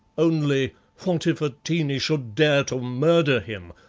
only what if atene should dare to murder him?